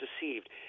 deceived